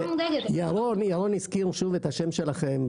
--- ירון הזכיר שוב את השם שלכם,